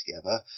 together